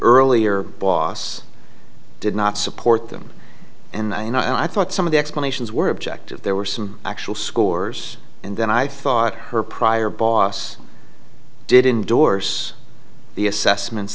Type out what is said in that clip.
earlier boss did not support them and i know i thought some of the explanations were objective there were some actual scores and then i thought her prior boss did indorse the assessments